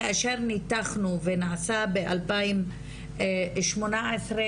היו שנים גם מאז קום הוועדה שאני סייעתי למספר משרדים